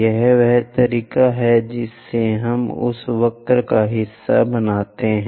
यह वह तरीका है जिससे हम उस वक्र का हिस्सा बनाते हैं